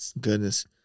Goodness